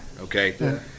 okay